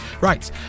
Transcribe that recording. Right